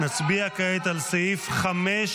נצביע כעת על סעיף 5,